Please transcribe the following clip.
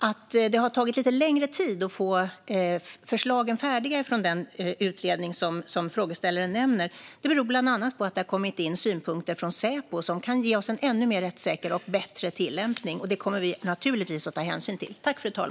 Att det har tagit lite längre tid att få förslagen färdiga från den utredning som frågeställaren nämner beror bland annat på att det har kommit in synpunkter från Säpo som kan ge oss en ännu mer rättssäker och bättre tillämpning. Det kommer vi naturligtvis att ta hänsyn till.